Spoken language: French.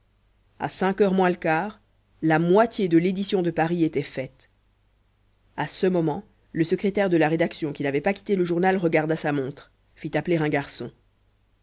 à cinq heures moins le quart la moitié de l'édition de paris était faite à ce moment le secrétaire de la rédaction qui n'avait pas quitté le journal regarda sa montre fit appeler un garçon